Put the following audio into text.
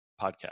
Podcast